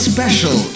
Special